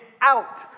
out